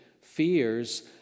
fears